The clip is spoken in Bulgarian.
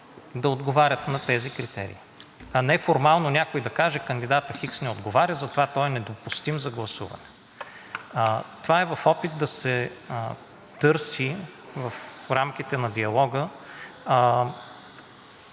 да отговарят на тези критерии, а не формално някой да каже: кандидатът хикс не отговаря, затова е недопустим за гласуване. Това е в опит да се търси в рамките на диалога